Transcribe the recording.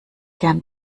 gern